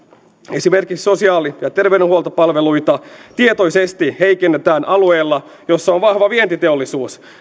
esimerkiksi sosiaali ja terveydenhuoltopalveluita tietoisesti heikennetään alueella missä on vahva vientiteollisuus